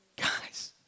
Guys